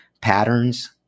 patterns